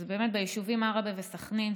ביישובים עראבה וסח'נין,